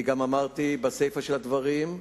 אני גם אמרתי בסיפא של הדברים,